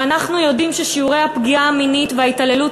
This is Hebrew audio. אנחנו יודעים ששיעורי הפגיעה המינית וההתעללות